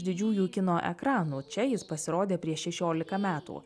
didžiųjų kino ekranų čia jis pasirodė prieš šešiolika metų